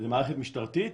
שזו מערכת משטרתית,